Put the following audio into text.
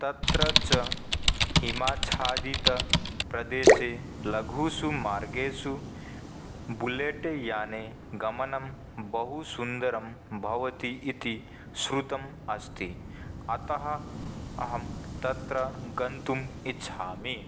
तत्र च हिमाच्छादितप्रदेशे लघुषु मार्गेषु बुलेट्याने गमनं बहुसुन्दरं भवति इति श्रुतम् अस्ति अतः अहं तत्र गन्तुम् इच्छामि